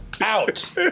Out